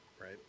Right